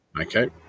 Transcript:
Okay